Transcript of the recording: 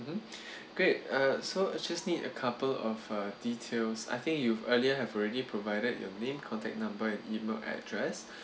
mm hmm great uh so just need a couple of uh details I think you've earlier have already provided you name contact number email address